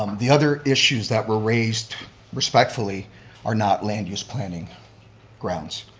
um the other issues that were raised respectfully are not land use planning grounds,